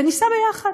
וניסע יחד.